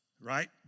right